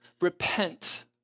Repent